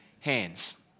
Hands